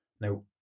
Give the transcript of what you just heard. Now